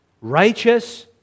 righteous